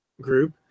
group